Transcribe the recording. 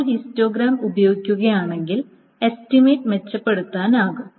നമ്മൾ ഹിസ്റ്റോഗ്രാമുകൾ ഉപയോഗിക്കുകയാണെങ്കിൽ എസ്റ്റിമേറ്റ് മെച്ചപ്പെടുത്താനാകും